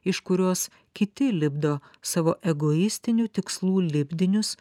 iš kurios kiti lipdo savo egoistinių tikslų lipdinius